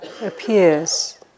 appears